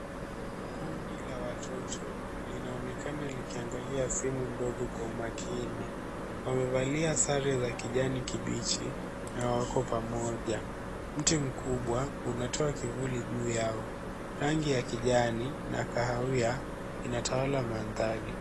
Kundi la watoto linaonekana likiangalia simu ndogo kwa umakini. Wamevalia sare za kijani kibichi na wako pamoja. Mti mkubwa unatoa kivuli juu yao. Rangi ya kijani na kahawia inatawala mandhari.